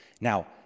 Now